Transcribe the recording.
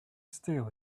steal